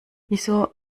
wieso